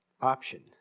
option